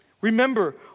Remember